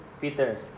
Peter